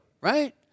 right